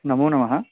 नमो नमः